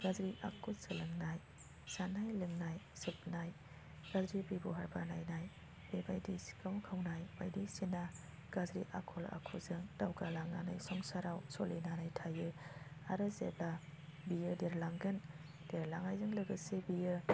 गाज्रि आखु सोलोंनाय जानाय लोंनाय सोबनाय गाज्रि बेब'हार बानायनाय बेबायदि सिखाव खावनाय बायदिसिना गाज्रि आखल आखुजों दावगालांनानै संसाराव सोलिनानै थायो आरो जेब्ला बियो देरलांगोन देरलांनायजों लोगोसे बियो